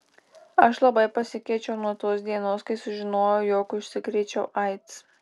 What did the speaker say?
aš labai pasikeičiau nuo tos dienos kai sužinojau jog užsikrėčiau aids